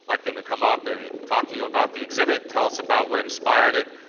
like them to come up, and talk to you about the exhibit, tell us about what inspired it,